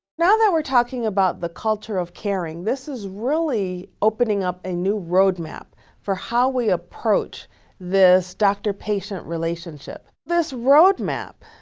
now that we're talking about the culture of caring, this is really opening up a new road map for how we approach this doctor-patient relationship. this road map,